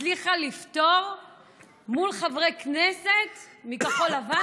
הצליחה לפתור מול חברי כנסת מכחול לבן